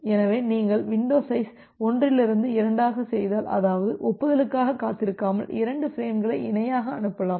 எனவே நீங்கள் window size 1இலிருந்து 2ஆக செய்தால் அதாவது ஒப்புதலுக்காகக் காத்திருக்காமல் 2 பிரேம்களை இணையாக அனுப்பலாம்